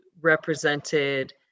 represented